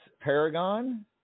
Paragon